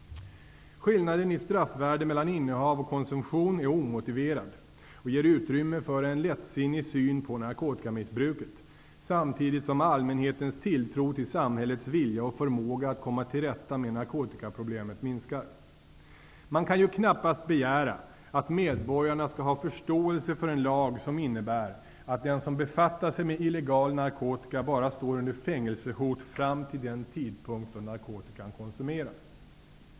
Skillnaden i straffvärde mellan innehav och konsumtion är omotiverad och ger utrymme för en lättsinnig syn på narkotikamissbruket samtidigt som allmänhetens tilltro till samhällets vilja och förmåga att komma till rätta med narkotikaproblemet minskar. Man kan ju knappast begära att medborgarna skall ha förståelse för en lag som innebär att den som befattar sig med illegal narkotika bara står under fängelsehot fram till den tidpunkt då narkotikan konsumeras.